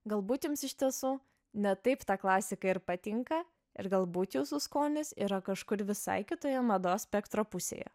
galbūt jums iš tiesų ne taip ta klasika ir patinka ir galbūt jūsų skonis yra kažkur visai kitoje mados spektro pusėje